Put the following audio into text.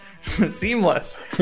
seamless